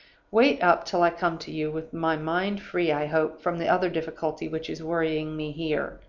wait up till i come to you, with my mind free, i hope, from the other difficulty which is worrying me here.